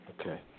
okay